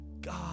God